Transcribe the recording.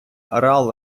ареал